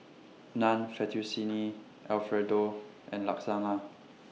Naan Fettuccine Alfredo and Lasagna